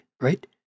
right